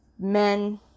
Men